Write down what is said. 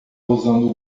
usando